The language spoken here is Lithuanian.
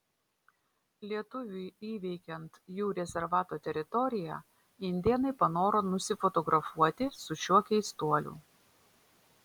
lietuviui įveikiant jų rezervato teritoriją indėnai panoro nusifotografuoti su šiuo keistuoliu